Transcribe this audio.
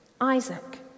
Isaac